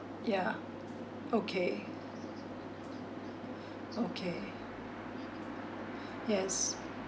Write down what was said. yeah okay okay yes